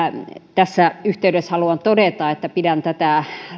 tässä yhteydessä haluan todeta että pidän tätä